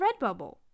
Redbubble